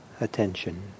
attention